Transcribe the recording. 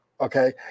Okay